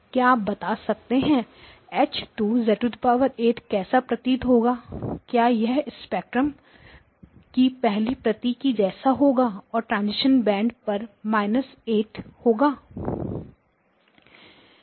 क्या आप बता सकते हैं H2 कैसा प्रतीत होगा क्या यह स्पेक्ट्रम की पहली प्रति के जैसा होगा और 16 ट्रांजैक्शन बैंड पर 16 e 8 होगा